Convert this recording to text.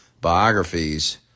biographies